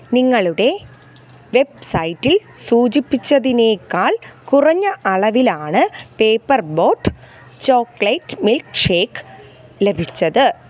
നിങ്ങളുടെ വെബ്സൈറ്റിൽ സൂചിപ്പിച്ചതിനേക്കാൾ കുറഞ്ഞ അളവിലാണ് പേപ്പർ ബോട്ട് ചോക്ലേറ്റ് മിൽക്ക്ഷേക്ക് ലഭിച്ചത്